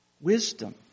wisdom